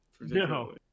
No